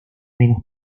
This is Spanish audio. menos